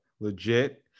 Legit